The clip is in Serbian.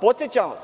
Podsećam vas